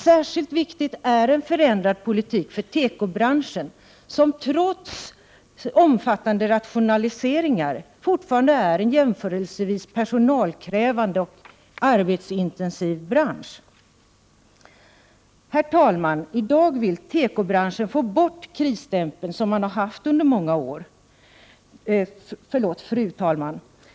Särskilt viktig är en förändrad politik för tekobranschen, som trots omfattande rationaliseringar fortfarande är en jämförelsevis personalkrävande och arbetsintensiv bransch. Fru talman! I dag vill tekobranschen få bort den krisstämpel som man haft under många år.